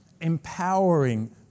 empowering